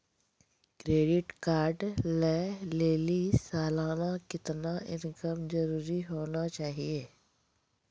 Credit card लय लेली सालाना कितना इनकम जरूरी होना चहियों?